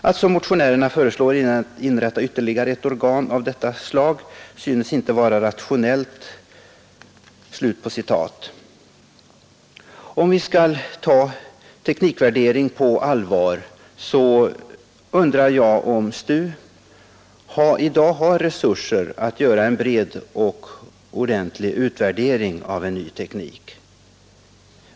Att som motionärerna föreslår inrätta ytterligare ett organ av detta slag synes inte vara rationellt.” Om vi skall ta teknikvärderingen på allvar, så undrar jag om STU i dag har resurser att göra en bred och ordentlig utvärdering av en ny teknik.